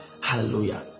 Hallelujah